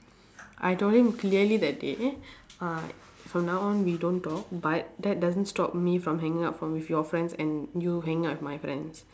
I told him clearly that day uh from now on we don't talk but that doesn't stop me from hanging out from with your friends and you hanging out with my friends